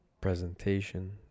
presentation